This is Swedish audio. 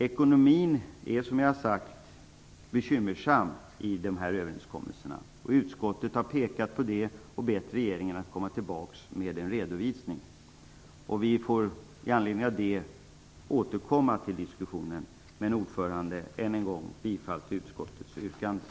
Ekonomin är, som jag sagt, bekymmersam när det gäller dessa överenskommelser. Utskottet har pekat på det och bett regeringen att komma tillbaka med en redovisning. Vi får i anledning av det återkomma till diskussionen. Herr talman! Än en gång yrkar jag bifall till utskottets hemställan.